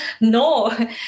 no